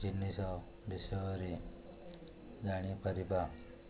ଜିନିଷ ବିଷୟରେ ଜାଣିପାରିବା